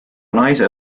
naise